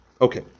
Okay